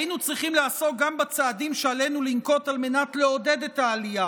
היינו צריכים לעסוק גם בצעדים שעלינו לנקוט על מנת לעודד את העלייה